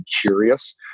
curious